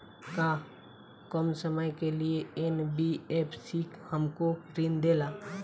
का कम समय के लिए एन.बी.एफ.सी हमको ऋण देगा?